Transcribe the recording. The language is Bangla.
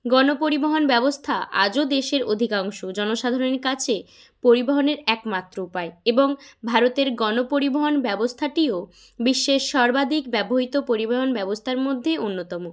গণপরিবহন ব্যবস্থা আজও দেশের অধিকাংশ জনসাধারণের কাছে পরিবহনের একমাত্র উপায় এবং ভারতের গণপরিবহন ব্যবস্থাটিও বিশ্বের সর্বাধিক ব্যবহৃত পরিবহন ব্যবস্থার মধ্যেই অন্যতম